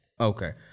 Okay